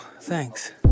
thanks